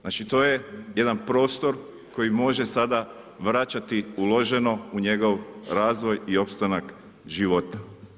Znači to je jedan prostor koji može sada vraćati uloženo u njegov razvoj i opstanak života.